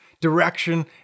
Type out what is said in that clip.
direction